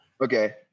Okay